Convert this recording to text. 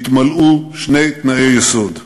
יתמלאו שני תנאי יסוד: